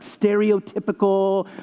stereotypical